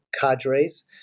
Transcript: cadres